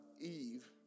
Eve